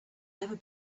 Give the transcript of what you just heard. never